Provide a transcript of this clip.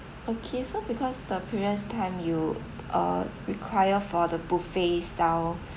okay so because the previous time you uh require for the buffet style